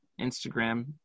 Instagram